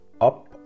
up